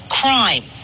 crime